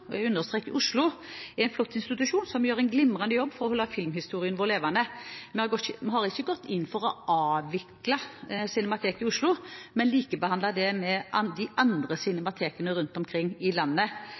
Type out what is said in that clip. jeg understreker Oslo – er en flott institusjon, som gjør en glimrende jobb for å holde filmhistorien vår levende. Vi har ikke gått inn for å avvikle Cinemateket i Oslo, men likebehandle det med de andre cinematekene rundt omkring i landet,